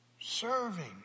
serving